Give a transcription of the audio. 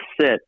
sit